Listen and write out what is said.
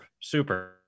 Super